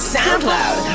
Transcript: SoundCloud